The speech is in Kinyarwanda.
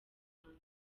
rwanda